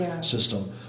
system